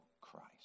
Christ